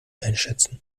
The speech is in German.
einschätzen